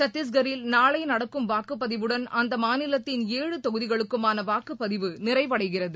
சட்டீஸ்கரில் நாளை நடக்கும் வாக்குப்பதிவுடன் அந்த மாநிலத்தின் ஏழு தொகுதிகளுக்குமான வாக்குப்பதிவு நிறைவடைகிறது